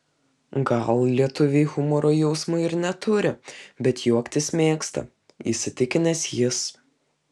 gal lietuviai humoro jausmo ir neturi bet juoktis mėgsta įsitikinęs jis